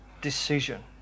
decision